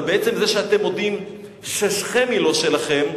אבל בעצם זה שאתם מודים ששכם לא שלכם,